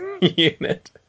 unit